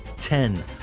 ten